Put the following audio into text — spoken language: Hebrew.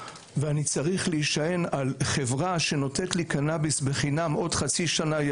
ואני צריך להישען על חברה שנותנת לי קנביס בחינם עוד חצי שנה.